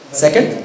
second